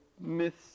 myths